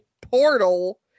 portal